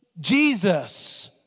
Jesus